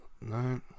No